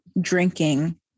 drinking